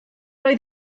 oedd